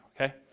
Okay